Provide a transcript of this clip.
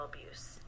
abuse